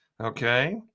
Okay